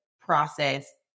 process